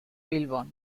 bilbon